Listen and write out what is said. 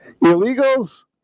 Illegals